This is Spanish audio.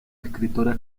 escritora